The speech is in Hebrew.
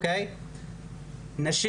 נשים